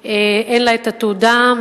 שלא היתה לה התעודה,